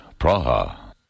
Praha